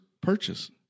purchase